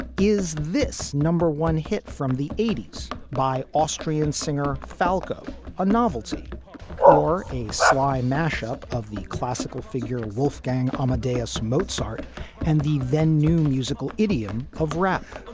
is this number one hit from the eighty s by austrian singer falco a novelty or a sly mash up of the classical figure wolfgang amadeus mozart and the then new musical idiom of rap?